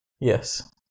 Yes